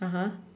(uh huh)